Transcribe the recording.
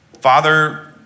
Father